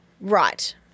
right